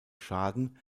schaden